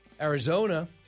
Arizona